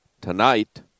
tonight